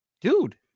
dude